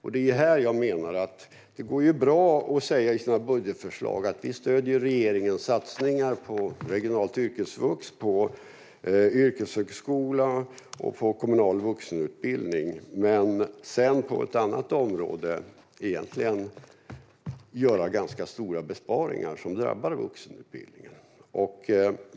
Visst går det bra att i sina budgetförslag säga att man stöder regeringens satsningar på regionalt yrkesvux, yrkeshögskola och kommunal vuxenutbildning, men sedan måste man göra ganska stora besparingar på ett annat område som drabbar vuxenutbildningen.